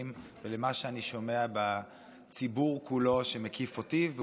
ולמה שאני שומע בציבור שמקיף אותי כולו,